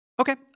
Okay